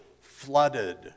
flooded